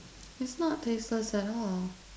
it's not tasteless at all